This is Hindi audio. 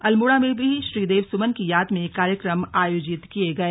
अल्मोड़ा में भी श्रीदेव सुमन की याद में कार्यक्रम आयोजित किये गए